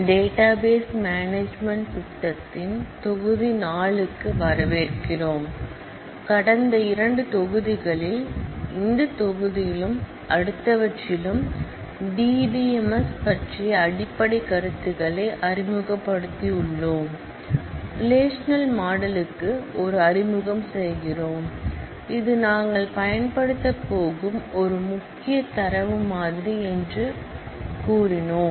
database management system ன் விரிவுரை 4 க்கு வரவேற்கிறோம் கடந்த இரண்டு விரிவுரைகளில் இந்த விரிவுரையிலும் அடுத்தவற்றிலும் டிபிஎம்எஸ் பற்றிய அடிப்படை கருத்துக்களை அறிமுகப்படுத்தியுள்ளோம் ரெலேஷனல் மாடலுக்கு ஒரு அறிமுகம் செய்கிறோம் இது நாங்கள் பயன்படுத்தப் போகும் ஒரு முக்கிய டேட்டா மாடல் என்று நாங்கள் கூறினோம்